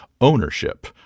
ownership